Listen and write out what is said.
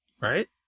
Right